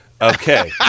Okay